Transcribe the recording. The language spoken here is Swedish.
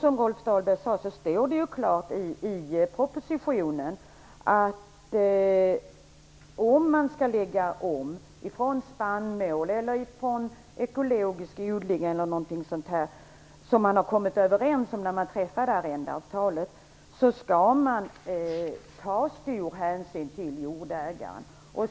Som Rolf Dahlberg sade står det klart uttryckt i propositionen att om man skall lägga om verksamheten från spannmål, ekologisk odling eller något annat som man kom överens om när man träffade arrendeavtalet skall stor hänsyn tas till jordägaren.